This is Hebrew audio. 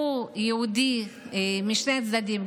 הוא יהודי משני הצדדים,